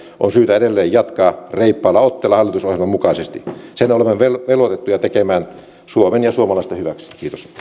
on syytä edelleen jatkaa reippaalla otteella hallitusohjelman mukaisesti sen olemme velvoitettuja tekemään suomen ja suomalaisten hyväksi